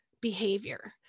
behavior